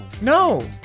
No